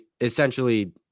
essentially